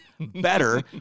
better